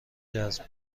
جذب